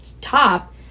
top